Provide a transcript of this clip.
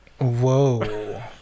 Whoa